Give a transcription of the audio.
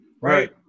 right